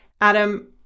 Adam